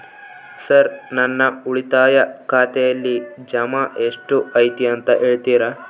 Sir ನನ್ನ ಉಳಿತಾಯ ಖಾತೆಯಲ್ಲಿ ಜಮಾ ಎಷ್ಟು ಐತಿ ಅಂತ ಹೇಳ್ತೇರಾ?